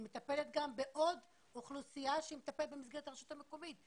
היא מטפלת גם בעוד אוכלוסייה שהיא מטפלת במסגרת הרשות המקומית.